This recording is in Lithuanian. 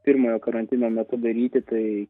pirmojo karantino metu daryti tai